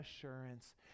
assurance